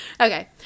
Okay